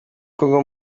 congo